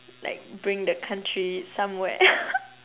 like bring the country somewhere